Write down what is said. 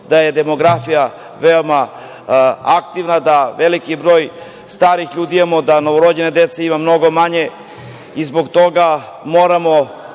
da je demografija veoma aktivna, da veliki broj starih ljudi imamo, da novorođene dece ima mnogo manje i zbog toga moramo